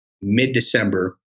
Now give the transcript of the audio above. mid-December